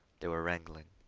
they were wrangling.